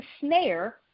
snare